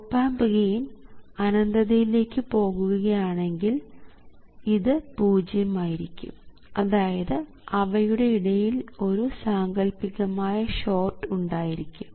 op amp gain അനന്തതയിലേക്ക് പോകുകയാണെങ്കിൽ ഇത് പൂജ്യമായിരിക്കും അതായത് അവയുടെ ഇടയിൽ ഒരു സാങ്കൽപ്പികമായ ഷോർട്ട് ഉണ്ടായിരിക്കും